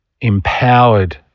empowered